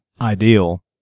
ideal